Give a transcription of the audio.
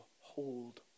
hold